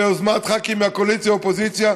ביוזמת ח"כים מהקואליציה והאופוזיציה,